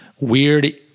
weird